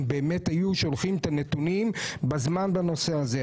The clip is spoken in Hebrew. הייתם באמת שולחים את הנתונים בזמן בנושא הזה.